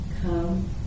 Come